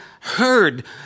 heard